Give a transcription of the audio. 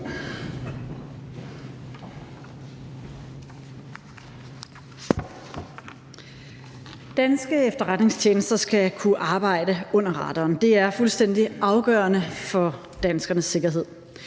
Danske efterretningstjenester skal kunne arbejde under radaren. Det er fuldstændig afgørende for danskernes sikkerhed.